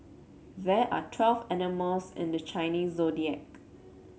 there are twelve animals in the Chinese Zodiac